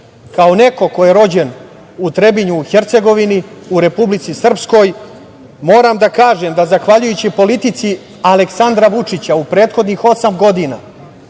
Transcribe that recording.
neko ko je rođen u Trebinju, u Hercegovini, u Republici Srpskoj, moram da kažem da, zahvaljujući politici Aleksandra Vučića u prethodnih osam godina,